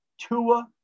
Tua